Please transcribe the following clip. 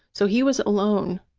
so he was alone,